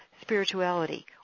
spirituality